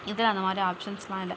இதில் அந்த மாதிரி ஆப்சன்ஸுலாம் இல்லை